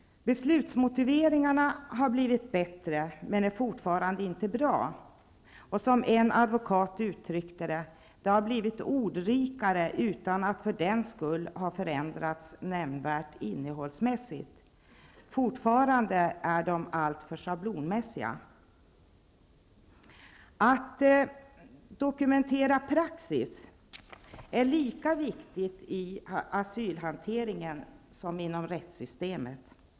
Beslutsmotiveringarna har blivit bättre men är fortfarande inte bra. En advokat uttryckte det så, att ''de har blivit ordrikare utan att för den skull ha förändrats nämnvärt innehållsmässigt, fortfarande är de alltför schablonmässiga''. Att dokumentera praxis är lika viktigt i asylhanteringen som inom rättssystemet.